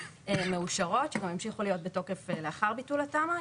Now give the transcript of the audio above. מאושרות שגם ימשיכו להיות בתוקף לאחר ביטול התמ"א,